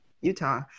Utah